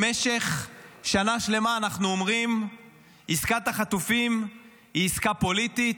במשך שנה שלמה אנחנו אומרים שעסקת החטופים היא עסקה פוליטית,